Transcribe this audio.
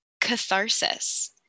catharsis